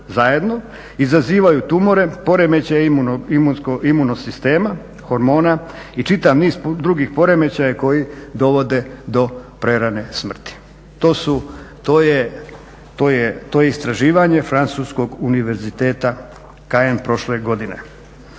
izazivaju tumore, poremećaje imunosistema, hormona i čitav niz drugih poremećaja koji dovode do prerane smrti. To je istraživanje Francuskog univerziteta Cayenne prošle godine.